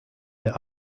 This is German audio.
der